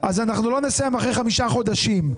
אנחנו לא נסיים אחרי חמישה חודשים.